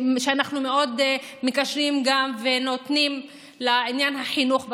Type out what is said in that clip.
שמאוד קשורה גם לעניין החינוך בחברה,